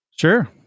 sure